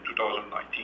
2019